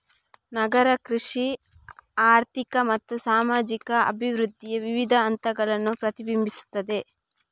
ನಗರ ಕೃಷಿ ಆರ್ಥಿಕ ಮತ್ತು ಸಾಮಾಜಿಕ ಅಭಿವೃದ್ಧಿಯ ವಿವಿಧ ಹಂತಗಳನ್ನು ಪ್ರತಿಬಿಂಬಿಸುತ್ತದೆ